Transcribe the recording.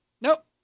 nope